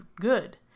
good